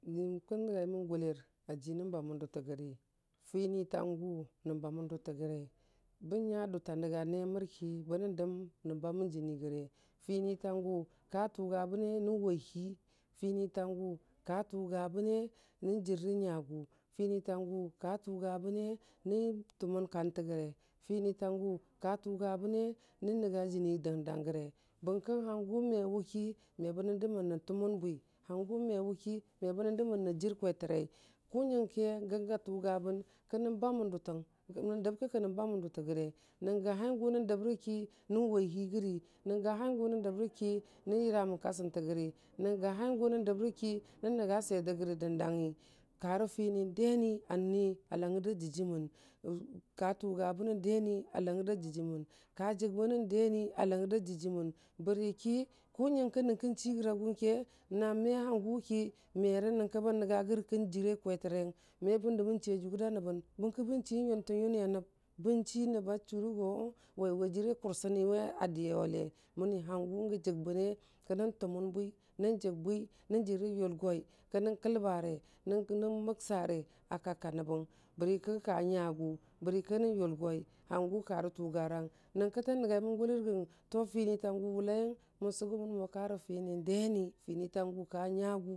Kən nəngwimən gʊlər aji nən bamən dʊta fəri finitangu nən bəmən dʊta gare bən nya dʊta nənga nemər ki bənən dəb nən bamən jəni gəre finitangu ka tʊyabəne nən wai hii fini tangʊ ka tʊbagabnəne nən jərrə nyagʊ, finitangu ka tʊgabəne nən tamən kante yəre finitan ya ka tʊyabəne nən nənga jəni dən dang yare bənkə hangu me wu ki me bənən dəmən nən tʊmən bwi hangu me wu ki me ba nən dəmən nən jir kwetərei ki nyənkə yənga tʊgabən kənən bamən sutəng nan dən ki kənən babən dute gare nən gəbai gʊ nən dəb rə ki nən wai hi gəri nən gəhai yu nən dəb rə ki nən yəranən kasəntə yəri nən gəhai gu nən dəb rə ki nən nənga swe tə gəri dənhangyi karə fini deni a nəni a ləngər da də jimən, ka tuga bənə dəni a langər da dəjimən ka jəybənən dəni a langər da dəjimən bəri ki ku nyənke nyənkə chi chiyəra gʊnke na ma hanga ki mərə nyənkə bən nənya gərəng kə jəre jəre kwetə rang mebən dəmən chi njʊgər da nəbən bənkə bənchi yʊntə yuni a bən bən chi nəb a chʊra go wai wa jərə kʊr səni jəybəne kənən tʊmən bwi nən jəy bwi nən jərre yʊlgai, nən kəlnare nən "nən" məksare a kak ka nəbang bəri ki ka nyafʊ, bəri ki nən yulgoi hanga kura tangfarang nyənkə tə nən gaimən gulər gərəng to finiwag wulaiyəng mən sʊgu mən mo karə fini dəni dinitangu ka nyagu.